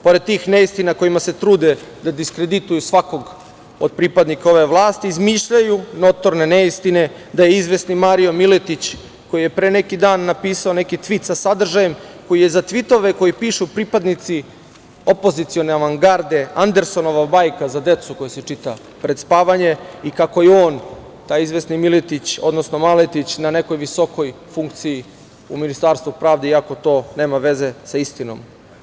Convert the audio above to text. Pored tih neistina kojima se trude da diskredituju svakog od pripadnika ove vlasti, izmišljaju notorne neistine da je izvesni Mario Maletić, koji je pre neki dan napisao neki tvit sa sadržajem koji je za tvitove koje pišu pripadnici opozicione avangarde Andersonova bajka za decu koja se čita pred spavanje, i kako je on, taj izvesni Maletić, na nekoj visokoj funkciji u Ministarstvu pravde, iako to nema veze sa istinom.